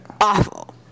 Awful